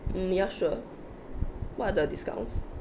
mm ya sure what are the discounts